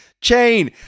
chain